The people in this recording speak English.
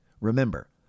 Remember